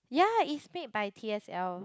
yea is made by t_s_l